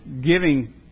giving